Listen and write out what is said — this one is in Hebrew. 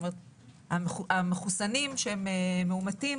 המחוסנים שהם מאומתים,